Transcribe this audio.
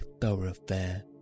thoroughfare